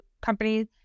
companies